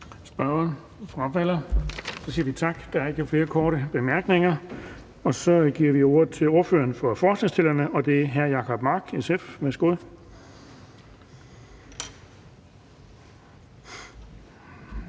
Så siger vi tak. Der er ikke flere korte bemærkninger. Så giver vi ordet til ordføreren for forslagsstillerne, og det er hr. Jacob Mark, SF. Værsgo.